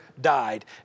died